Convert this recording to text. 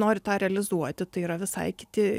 nori tą realizuoti tai yra visai kiti